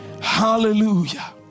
Hallelujah